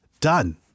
done